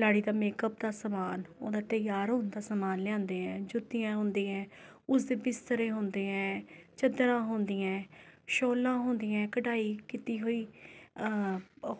ਲਾੜੀ ਦਾ ਮੇਕਅੱਪ ਦਾ ਸਮਾਨ ਉਹਦਾ ਤਿਆਰ ਹੋਣ ਦਾ ਸਮਾਨ ਲਿਆਉਂਦੇ ਹੈ ਜੁੱਤੀਆਂ ਹੁੰਦੀਆਂ ਹੈ ਉਸਦੇ ਬਿਸਤਰੇ ਹੁੰਦੇ ਹੈ ਚੱਦਰਾਂ ਹੁੰਦੀਆ ਸ਼ੌਲਾਂ ਹੁੰਦੀਆਂ ਹੈ ਕਢਾਈ ਕੀਤੀ ਹੋਈ